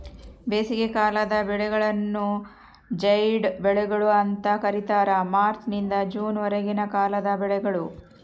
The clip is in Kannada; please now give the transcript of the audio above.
ಬೇಸಿಗೆಕಾಲದ ಬೆಳೆಗಳನ್ನು ಜೈಡ್ ಬೆಳೆಗಳು ಅಂತ ಕರೀತಾರ ಮಾರ್ಚ್ ನಿಂದ ಜೂನ್ ವರೆಗಿನ ಕಾಲದ ಬೆಳೆಗಳು